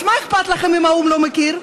אז מה אכפת לכם אם האו"ם לא מכיר,